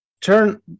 turn